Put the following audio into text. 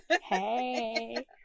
Hey